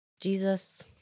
Jesus